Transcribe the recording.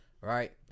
right